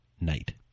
night